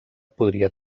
podria